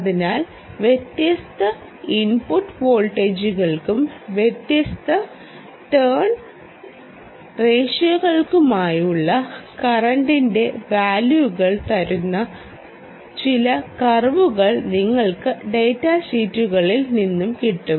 അതിനാൽ വ്യത്യസ്ത ഇൻപുട്ട് വോൾട്ടേജുകൾക്കും വ്യത്യസ്ത ടേൺ റേഷ്യോകൾക്കുമായുള്ള കറൻ്റിൻെറ വാല്യുകൾ തരുന്ന ചില കർവുകൾ നിങ്ങൾക്ക് ഡാറ്റ ഷീറ്റുകളിൽ നിന്നും കിട്ടും